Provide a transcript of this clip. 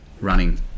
Running